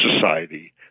society